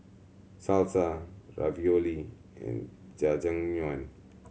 Salsa Ravioli and Jajangmyeon